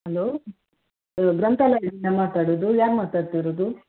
hello ಇದು ಗ್ರಂಥಾಲಯದಿಂದ ಮಾತಾಡುದು ಯಾರು ಮಾತಾಡ್ತಿರುದು